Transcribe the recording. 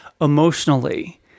emotionally